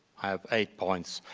i have eight points.